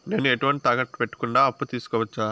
నేను ఎటువంటి తాకట్టు పెట్టకుండా అప్పు తీసుకోవచ్చా?